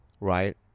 Right